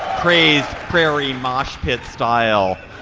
crazed prairie mosh pit style